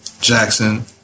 Jackson